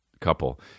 couple